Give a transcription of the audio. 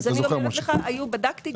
בדקתי.